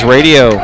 Radio